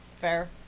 Fair